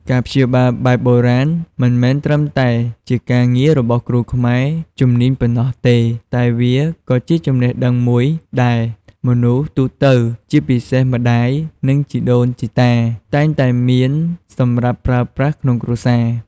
ការព្យាបាលបែបបុរាណមិនមែនត្រឹមតែជាការងាររបស់គ្រូខ្មែរជំនាញប៉ុណ្ណោះទេ តែវាក៏ជាចំណេះដឹងមួយដែល មនុស្សទូទៅ ជាពិសេសម្ដាយ និងជីដូនជីតា តែងតែមានសម្រាប់ប្រើប្រាស់ក្នុងគ្រួសារ។